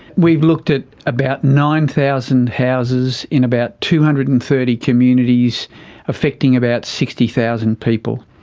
we've looked at about nine thousand houses in about two hundred and thirty communities affecting about sixty thousand people.